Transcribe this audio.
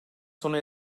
sona